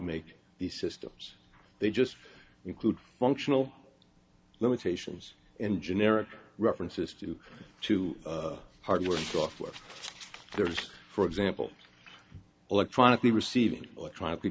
make these systems they just include functional limitations in generic references to to hardware software there's for example electronically receiving electronically